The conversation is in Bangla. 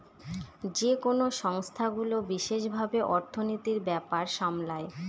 যেকোনো সংস্থাগুলো বিশেষ ভাবে অর্থনীতির ব্যাপার সামলায়